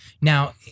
Now